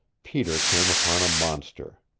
peter came upon a monster.